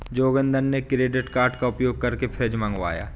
जोगिंदर ने credit card का उपयोग करके फ्रिज मंगवाया